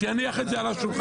שיניח את זה על השולחן.